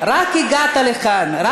רק הגעת לכאן.